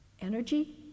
energy